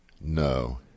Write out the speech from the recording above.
No